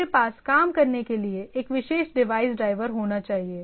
मेरे पास काम करने के लिए एक विशेष डिवाइस ड्राइवर होना चाहिए